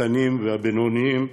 הקטנים והבינוניים,